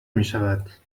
میشود